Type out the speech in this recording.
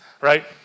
right